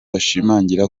bashimangira